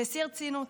בשיא הרצינות.